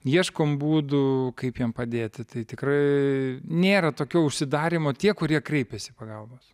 ieškom būdų kaip jiem padėti tai tikrai nėra tokio užsidarymo tie kurie kreipiasi pagalbos